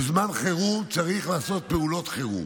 בזמן חירום צריך לעשות פעולות חירום,